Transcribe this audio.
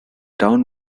town